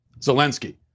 Zelensky